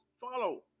Follow